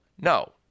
No